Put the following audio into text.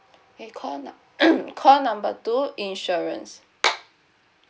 okay call num~ call number two insurance